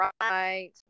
right